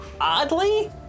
oddly